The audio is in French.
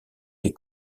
des